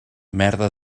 merda